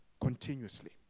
Continuously